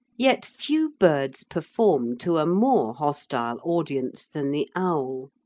yet few birds perform to a more hostile audience than the owl.